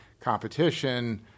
competition